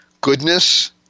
goodness